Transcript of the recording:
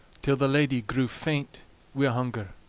till the lady grew faint wi' hunger.